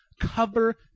cover